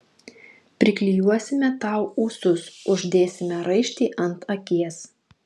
priklijuosime tau ūsus uždėsime raištį ant akies